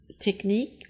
technique